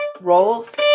rolls